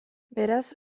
beraz